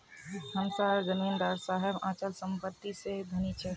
हम सार जमीदार साहब अचल संपत्ति से धनी छे